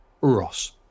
Ross